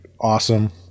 awesome